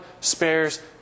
spares